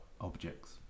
objects